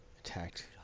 Attacked